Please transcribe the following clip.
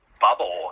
bubble